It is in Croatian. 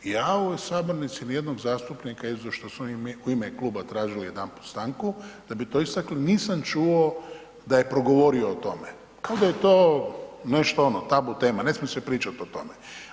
Ja u ovoj sabornici nijednog zastupnika izuzev što su oni u ime kluba tražili jedanput stanku a bi to istakli, nisam čuo da je progovorio o tome, kao da je to nešto ono, tabu tema, ne smije se pričati o tome.